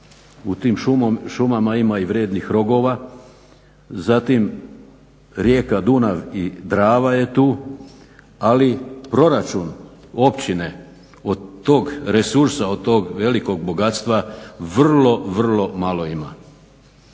u tim šumama ima i vrijednih rogova, zatim rijeka Dunav i Drava je tu, ali proračun općine od tog resursa od tog velikog bogatstva vrlo, vrlo malo ima.